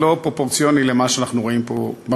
זה לא פרופורציוני למה שאנחנו רואים במליאה.